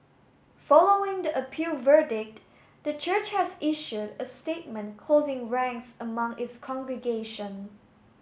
following the appeal verdict the church has issued a statement closing ranks among its congregation